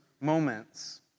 moments